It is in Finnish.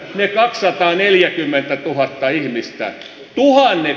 mypa sataneljäkymmentätuhatta ihmistä muhonen